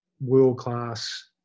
world-class